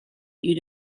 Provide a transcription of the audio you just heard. you